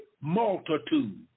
multitude